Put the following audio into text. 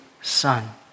son